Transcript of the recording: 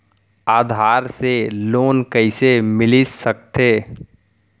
आधार से लोन कइसे मिलिस सकथे?